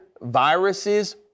viruses